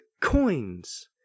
coins